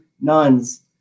nuns